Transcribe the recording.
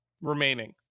remaining